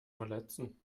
verletzen